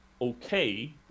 okay